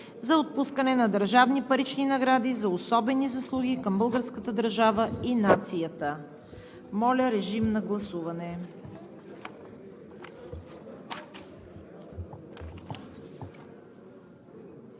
за отпускане на държавни парични награди за особени заслуги към българската държава и нацията. Гласували